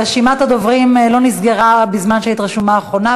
רשימת הדוברים לא נסגרה בזמן שהיית רשומה אחרונה,